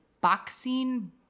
boxing